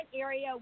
area